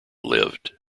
lived